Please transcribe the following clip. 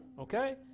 Okay